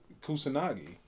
Kusanagi